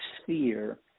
sphere